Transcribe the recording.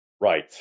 Right